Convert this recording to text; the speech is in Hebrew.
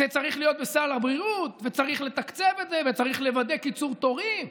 זה צריך להיות בסל הבריאות וצריך לתקציב את זה וצריך לוודא קיצור תורים.